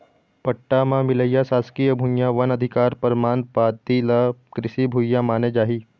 पट्टा म मिलइया सासकीय भुइयां, वन अधिकार परमान पाती ल कृषि भूइया माने जाही